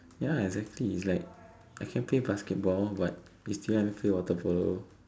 ya exactly is like I can't play basketball but you still let me play water polo